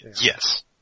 Yes